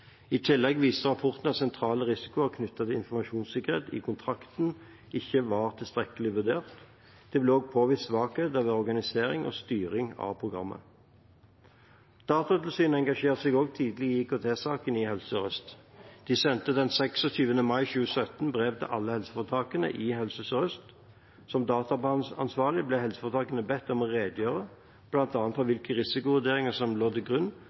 I tillegg viste rapporten at sentrale risikoer knyttet til informasjonssikkerhet i kontrakten ikke var tilstrekkelig vurdert. Det ble også påvist svakheter ved organiseringen og styringen av programmet. Datatilsynet engasjerte seg også tidlig i IKT-saken i Helse Sør-Øst. De sendte den 26. mai 2017 brev til alle helseforetakene i Helse Sør-Øst. Som databehandlingsansvarlige ble helseforetakene bedt om å redegjøre bl.a. for hvilke risikovurderinger som lå til grunn